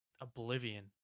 oblivion